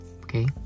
okay